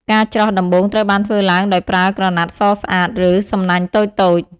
ការច្រោះ ដំបូងត្រូវបានធ្វើឡើងដោយប្រើក្រណាត់សស្អាត ឬសំណាញ់តូចៗ។